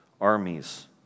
armies